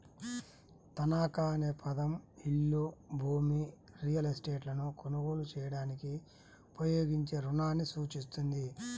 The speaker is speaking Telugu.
తనఖా అనే పదం ఇల్లు, భూమి, రియల్ ఎస్టేట్లను కొనుగోలు చేయడానికి ఉపయోగించే రుణాన్ని సూచిస్తుంది